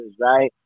right